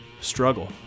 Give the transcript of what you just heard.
struggle